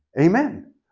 Amen